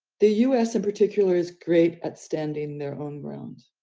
the us in particular is great at standing their own ground.